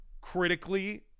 critically